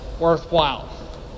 worthwhile